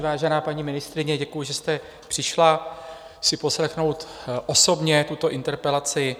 Vážená paní ministryně, děkuji, že jste přišla si poslechnout osobně tuto interpelaci.